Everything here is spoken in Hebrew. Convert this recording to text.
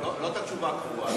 אבל לא את התשובה הקבועה.